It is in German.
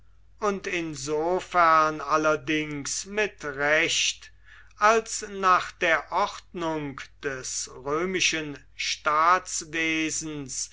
und insofern allerdings mit recht als nach der ordnung des römischen